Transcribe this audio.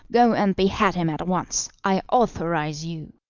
go and behead him at once. i authorise you.